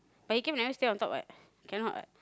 but you can never stay on top what cannot what